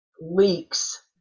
leaks